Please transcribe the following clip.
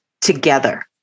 together